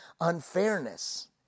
unfairness